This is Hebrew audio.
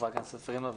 ח"כ פרידמן בבקשה.